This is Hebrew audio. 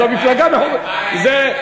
זו מפלגה, ומה היה עם הנדל?